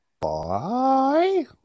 Bye